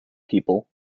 people